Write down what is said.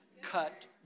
Cut